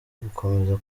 gukomeza